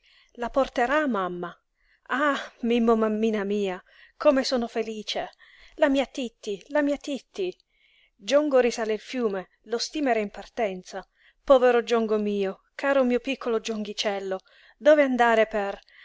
la porterà mamma ah mimmomammina mia come sono felice la mia titti la mia titti giongo risale il fiume lo steamer è in partenza povero giongo mio caro mio piccolo gionghicello deve andare per